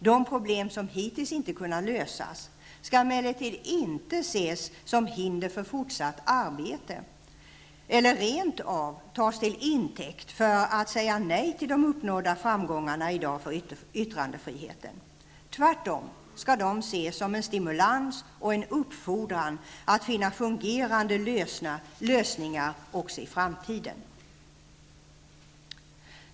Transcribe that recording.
De problem som hittills inte har kunnat lösas skall emellertid inte ses som hinder för ett fortsatt arbete, eller rent av tas till intäkt för att säga nej till de uppnådda framgångarna i dag för yttrandefriheten. Tvärtom. De skall de ses som en stimulans och en uppfordran att finna fungerande lösningar också i framtiden.